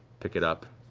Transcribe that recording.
pick it up,